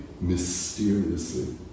mysteriously